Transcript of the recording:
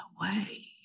away